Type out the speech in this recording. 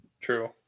true